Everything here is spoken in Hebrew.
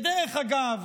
דרך אגב,